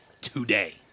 today